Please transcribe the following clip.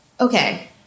Okay